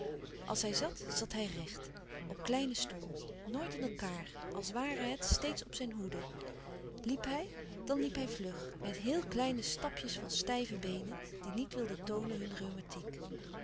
als hij zat zat hij recht op kleinen stoel nooit in elkaâr als ware het steeds op zijn hoede liep hij dan liep hij vlug met heel kleine stapjes van stijve beenen die niet wilden toonen hun